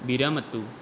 विरमतु